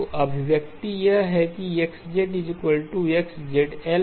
तो अभिव्यक्ति यह है कि XE X